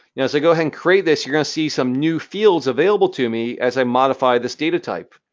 yeah as i go ahead and create this, you're going to see some new fields available to me as i modify this data type.